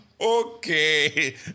Okay